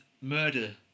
Murder